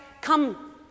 come